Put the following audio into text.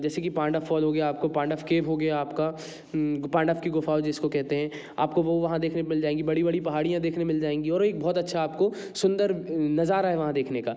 जैसे कि पांडाव फॉल हो गया आपका पांडव केव हो गया आपका पांडव की गुफ़ा जिसको कहते हैं आपको वह वहाँ देखने मिल जाएंगी बड़ी बड़ी पहाड़ियाँ देखने मिल जाएंगी और एक बहुत अच्छा आपको सुंदर नज़ारा है वहाँ देखने का